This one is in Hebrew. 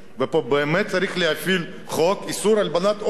ופה באמת צריך להפעיל חוק איסור הלבנת הון.